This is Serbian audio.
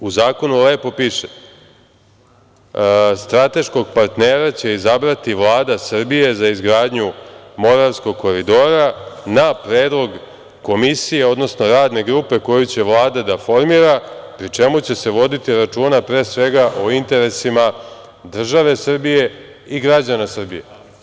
U zakonu lepo piše – strateškog partnera će izabrati Vlada Srbije za izgradnju Moravskog koridora na predlog komisije, odnosno radne grupe koju će Vlada da formira, pri čemu će se voditi računa, pre svega, o interesima države Srbije i građana Srbije.